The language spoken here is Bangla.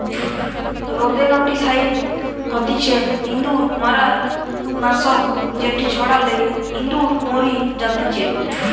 রোদেনটিসাইড হতিছে ইঁদুর মারার নাশক যেটি ছড়ালে ইঁদুর মরি জাতিচে